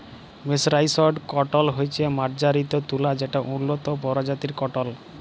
mercerised cotton হছে মাজ্জারিত তুলা যেট উল্লত পরজাতির কটল